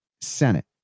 Senate